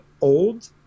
old